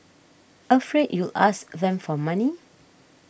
afraid you'll ask them for money